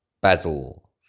Basil